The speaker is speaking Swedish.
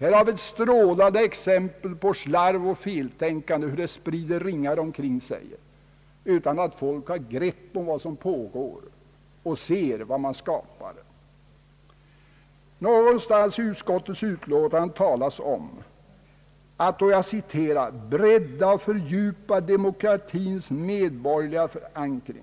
Här har vi ett strålande exempel på hur slarv och feltänkande sprider ringar omkring sig utan att folk har klart begrepp om vad som pågår och inser vad man skapar. Någonstans i utskottets utlåtande talas om att »bredda och fördjupa demokratins medborgerliga förankring».